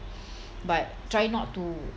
but try not to